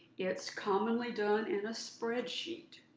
it's commonly done in a spreadsheet.